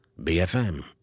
BFM